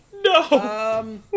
No